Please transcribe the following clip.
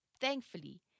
Thankfully